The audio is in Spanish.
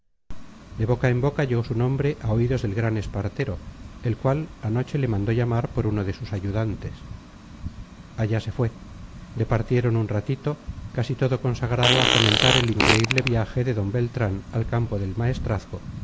de boca en boca llegó su nombre a oídos del gran espartero el cual anoche le mandó llamar por uno de sus ayudantes allá se fue departieron un ratito casi todo consagrado a comentar el increíble viaje de d beltrán al campo del maestrazgo